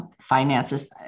finances